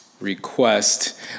request